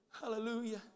hallelujah